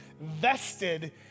vested